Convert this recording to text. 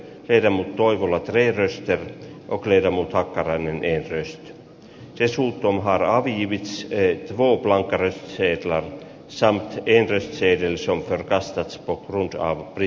ermo toivola verestä kocher mut hakkarainen yhteys result tom haraa hillitsee coupland karisseet law sam ydinaseidensa mukaan raskas mikä oli